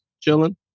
chilling